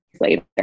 later